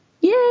Yay